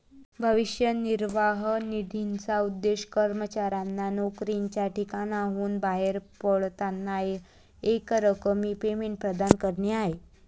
भविष्य निर्वाह निधीचा उद्देश कर्मचाऱ्यांना नोकरीच्या ठिकाणाहून बाहेर पडताना एकरकमी पेमेंट प्रदान करणे आहे